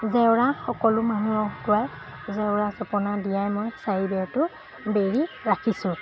জেওৰা সকলো মানুহক কোৱাই জেওৰা জপনা দিয়াই মই চাৰি বেৰটো বেৰি ৰাখিছোঁ